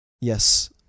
Yes